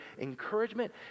encouragement